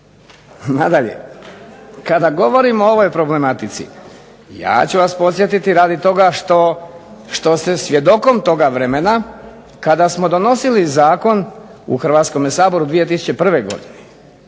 Nadalje, kada govorimo o ovoj problematici ja ću vas podsjetiti radi toga što ste svjedokom toga vremena kada smo donosili Zakon u Hrvatskom saboru 2001. godine,